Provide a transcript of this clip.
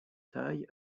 taille